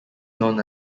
known